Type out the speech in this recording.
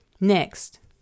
Next